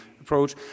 approach